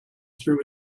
through